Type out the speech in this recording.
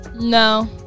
no